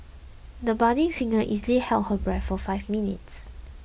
the budding singer easily held her breath for five minutes